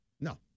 No